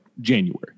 January